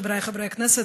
חבריי חברי הכנסת,